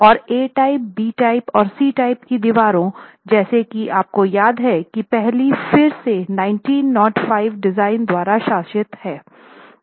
और A type B type और C type की दीवारों जैसा कि आपको याद है की पहली फिर से 1905 डिजाइन द्वारा शासित है